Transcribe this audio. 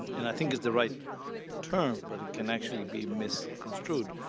and i think it's the right term, but it can actually be misconstrued.